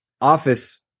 office